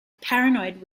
paranoid